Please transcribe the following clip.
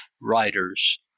writers